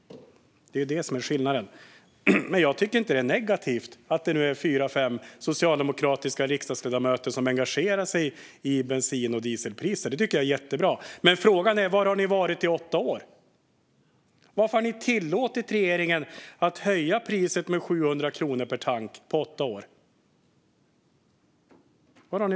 Det är det som är skillnaden. Jag tycker inte att det är negativt att det nu är fyra fem socialdemokratiska riksdagsledamöter som engagerar sig i bensin och dieselpriser. Det tycker jag är jättebra. Frågan är var ni har varit i åtta år. Varför har ni tillåtit regeringen att höja priset med 700 kronor per tank på åtta år?